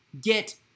get